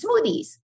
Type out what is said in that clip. smoothies